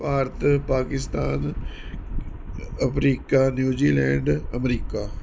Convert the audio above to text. Bharat Pakistan America New Zealand America